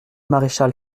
maréchal